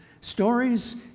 Stories